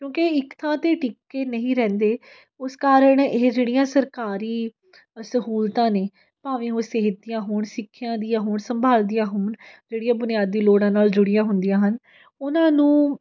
ਕਿਉਂਕਿ ਇੱਕ ਥਾਂ 'ਤੇ ਟਿਕ ਕੇ ਨਹੀਂ ਰਹਿੰਦੇ ਉਸ ਕਾਰਨ ਇਹ ਜਿਹੜੀਆਂ ਸਰਕਾਰੀ ਸਹੂਲਤਾਂ ਨੇ ਭਾਵੇਂ ਉਹ ਸਿਹਤ ਦੀਆਂ ਹੋਣ ਸਿੱਖਿਆ ਦੀਆਂ ਹੋਣ ਸੰਭਾਲ ਦੀਆਂ ਹੋਣ ਜਿਹੜੀਆਂ ਬੁਨਿਆਦੀ ਲੋੜਾਂ ਨਾਲ ਜੁੜੀਆਂ ਹੁੰਦੀਆਂ ਹਨ ਉਹਨਾਂ ਨੂੰ